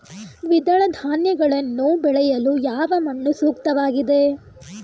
ದ್ವಿದಳ ಧಾನ್ಯಗಳನ್ನು ಬೆಳೆಯಲು ಯಾವ ಮಣ್ಣು ಸೂಕ್ತವಾಗಿದೆ?